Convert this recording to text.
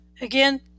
again